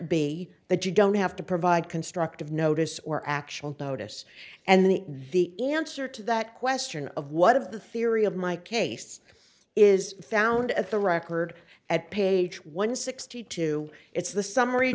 be that you don't have to provide constructive notice or actual notice and the answer to that question of what of the theory of my case is found at the record at page one sixty two it's the summary